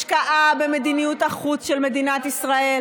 השקעה במדיניות החוץ של מדינת ישראל.